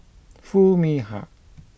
Foo Mee Har